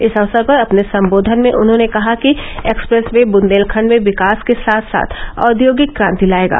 इस अवसर पर अपने संबोधन में उन्होंने कहा कि एक्सप्रेस वे बुंदेलखंड में विकास के साथ साथ औद्योगिक क्रांति लाएगा